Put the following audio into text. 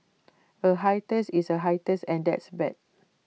A hiatus is A hiatus and that's bad